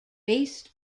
based